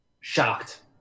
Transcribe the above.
Shocked